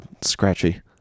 scratchy